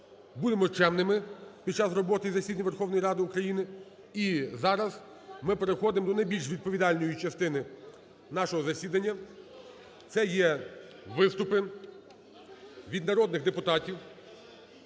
будемо чемними під час роботи засідань Верховної Ради України. І зараз ми переходимо до найбільш відповідальної частини нашого засідання, це є виступи від народних депутатів